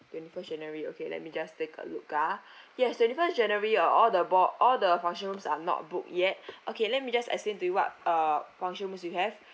twenty-first january okay let me just take a look ah yes twenty-first january uh all the ball all the function rooms are not booked yet okay let me just explain to you what uh function rooms we have